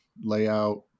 layout